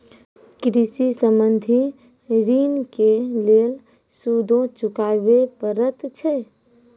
कृषि संबंधी ॠण के लेल सूदो चुकावे पड़त छै?